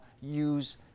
use